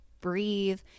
breathe